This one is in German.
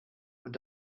und